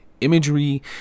imagery